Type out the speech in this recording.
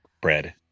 bread